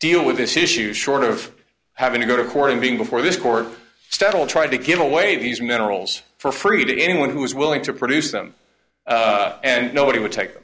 deal with this issue short of having to go to court and being before this court steadily tried to give away these minerals for free to anyone who was willing to produce them and nobody would take